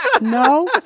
no